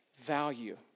value